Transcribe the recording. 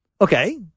Okay